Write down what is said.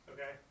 Okay